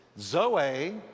Zoe